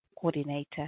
coordinator